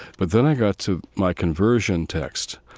but then i got to my conversion text,